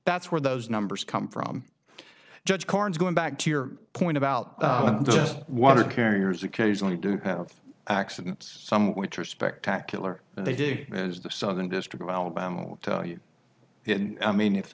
that's where those numbers come from judge carnes going back to your point about the water carriers occasionally do have accidents some which are spectacular and they do as the southern district of alabama will tell you i mean if